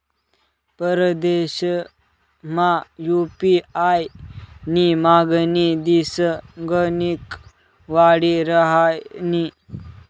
परदेसमा यु.पी.आय नी मागणी दिसगणिक वाडी रहायनी